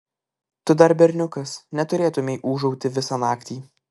tu dar berniukas neturėtumei ūžauti visą naktį